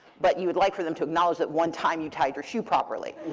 but you would like for them to acknowledge that one time you tied your shoe properly,